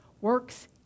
works